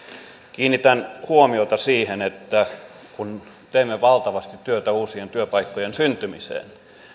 kiinnitän huomiota siihen että kun teemme valtavasti työtä uusien työpaikkojen syntymiseksi